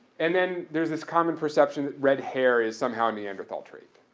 and then, there's this common perception that red hair is somehow a neanderthal trait.